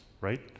right